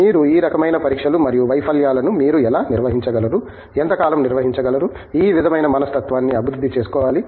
మీరు ఈ రకమైన పరీక్షలు మరియు వైఫల్యాలను మీరు ఎలా నిర్వహించగలరు ఎంతకాలం నిర్వహించగలరు ఈ విధమైన మనస్తత్వాన్ని అభివృద్ధి చేసుకోవాలి